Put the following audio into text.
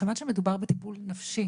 מכיוון שמדובר בטיפול נפשי